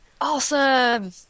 Awesome